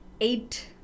eight